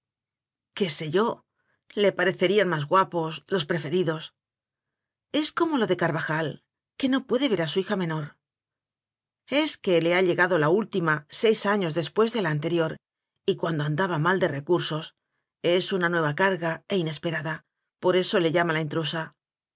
qué qué sé yo le parecerían más guapos los preferidos es como lo de carvajal que no puede ver a su hija menor es que le ha llegado la última seis años después de la anterior y cuando andaba mal de recursos es una nueva carga e inespera da por eso le llama la intrusa